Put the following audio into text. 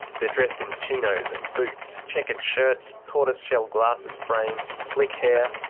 they're dressed in chinos and boots, chequered shirts, tortoiseshell glasses frames, slick hair.